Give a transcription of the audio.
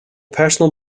personal